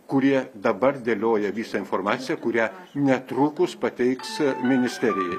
kurie dabar dėlioja visą informaciją kurią netrukus pateiks ministerijai